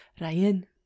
Ryan